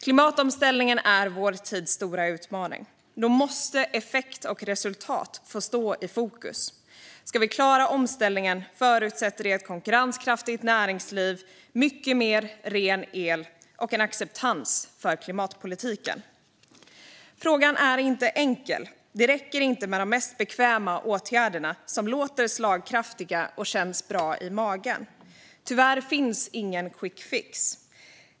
Klimatomställningen är vår tids stora utmaning, och därför måste effekt och resultat få stå i fokus. För att klara omställningen krävs ett konkurrenskraftigt näringsliv, mycket mer ren el och en acceptans för klimatpolitiken. Frågan är inte enkel. Det räcker inte med de mest bekväma åtgärderna, som låter slagkraftiga och känns bra i magen. Tyvärr finns det ingen quickfix.